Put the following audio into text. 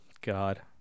God